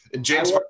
James